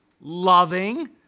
loving